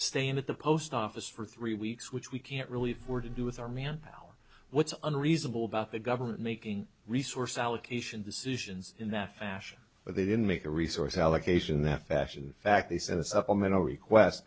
staying at the post office for three weeks which we can't really afford to do with our manpower what's unreasonable about the government making resource allocation decisions in that fashion but they didn't make a resource allocation that fashion fact they send a supplemental request